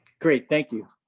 great, thank you.